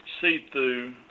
see-through